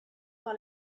par